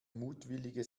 mutwillige